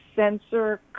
Sensor